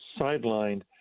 sidelined